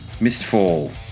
Mistfall